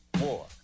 war